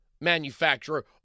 manufacturer